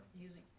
Using